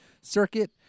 circuit